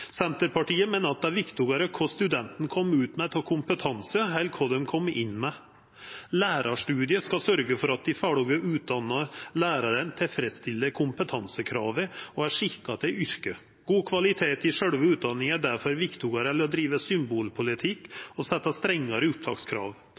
Senterpartiet meiner det er viktigare kva studentane kjem ut med av kompetanse, enn kva dei kom inn med. Lærarstudiet skal sørgja for at dei ferdig utdanna lærarane tilfredsstiller kompetansekrava og er skikka til yrket. God kvalitet i sjølve utdanninga er difor viktigare enn å driva symbolpolitikk